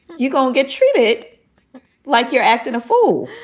you don't get treated like you're acting a fool.